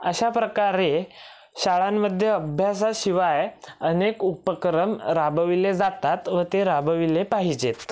अशा प्रकारे शाळांमध्ये अभ्यासाशिवाय अनेक उपक्रम राबविले जातात व ते राबविले पाहिजेत